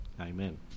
amen